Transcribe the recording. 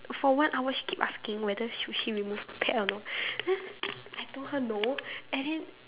for one hour she keep asking whether should she remove the pad or not then I told her no and then